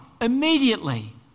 immediately